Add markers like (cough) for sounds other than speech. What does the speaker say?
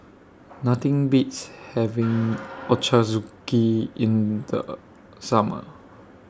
Nothing Beats having (noise) Ochazuke in The Summer